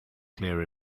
clear